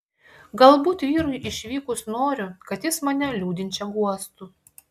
galbūt vyrui išvykus noriu kad jis mane liūdinčią guostų